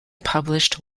published